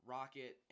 Rocket